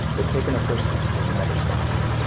they've taken a first step. there's another step coming